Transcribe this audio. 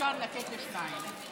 אפשר לתת לשניים.